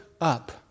up